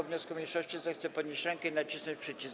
wniosku mniejszości, zechce podnieść rękę i nacisnąć przycisk.